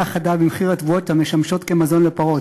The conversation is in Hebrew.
חדה במחיר התבואות המשמשות מזון לפרות,